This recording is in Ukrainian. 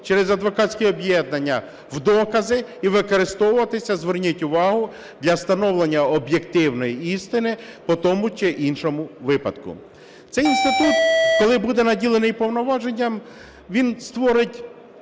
через адвокатські об'єднання в докази і використовуватися, зверніть увагу, для встановлення об'єктивної істини по тому чи іншому випадку. Цей інститут, коли буде наділений повноваженнями, він створить